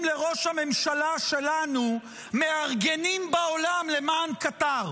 לראש הממשלה שלנו מארגנים בעולם למען קטאר?